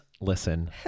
Listen